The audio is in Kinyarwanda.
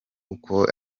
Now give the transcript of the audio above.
uko